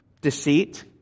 Deceit